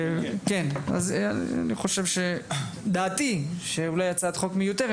אז דעתי שאולי הצעת חוק מיותר,